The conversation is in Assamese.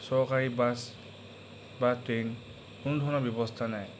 চৰকাৰী বাছ বা ট্ৰেইন কোনো ধৰণৰ ব্যৱস্থা নাই